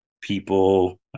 people